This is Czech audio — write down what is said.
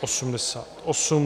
88.